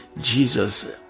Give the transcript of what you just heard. Jesus